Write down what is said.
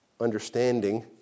understanding